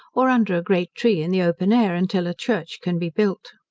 or under a great tree in the open air, until a church can be built.